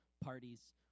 parties